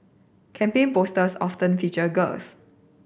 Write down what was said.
campaign posters often featured girls